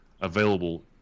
available